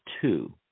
two